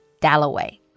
Dalloway